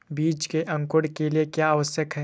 बीज के अंकुरण के लिए क्या आवश्यक है?